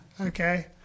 okay